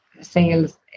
sales